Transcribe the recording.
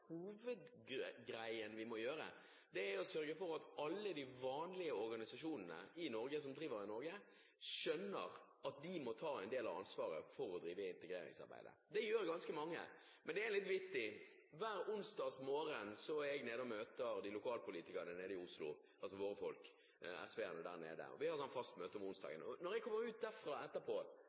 vi må gjøre, er å sørge for at alle de vanlige organisasjonene som driver i Norge, skjønner at de må ta en del av ansvaret for å drive integreringsarbeidet. Det gjør ganske mange. Men det er litt vittig: Hver onsdag morgen møter jeg våre lokalpolitikere, SV-ere, i Oslo – vi har fast møte på onsdager. Når jeg kommer ut derfra etterpå, stiller Turistforeningen i Oslo